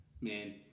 Man